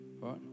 right